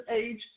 age